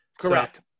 Correct